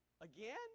Again